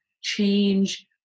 change